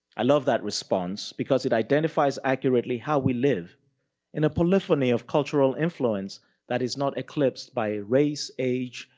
i love that response because it identifies accurately how we live in a polifany of cultural infleuence that is not eclipsed by race, age,